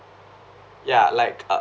ya like uh